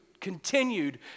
continued